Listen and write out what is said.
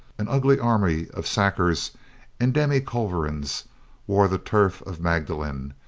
an ugly army of sakers and demi culverins wore the turf of magdalen,